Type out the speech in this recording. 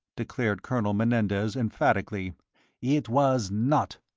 declared colonel menendez, emphatically it was not.